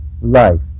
life